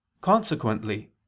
Consequently